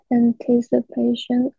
anticipation